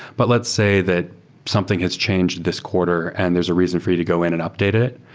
but let's say that something has changed this quarter and there's a reason for you to go in and update it.